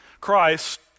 Christ